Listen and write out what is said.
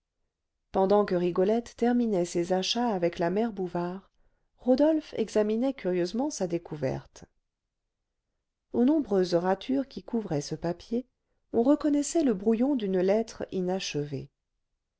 pendant que rigolette terminait ses achats avec la mère bouvard rodolphe examinait curieusement sa découverte aux nombreuses ratures qui couvraient ce papier on reconnaissait le brouillon d'une lettre inachevée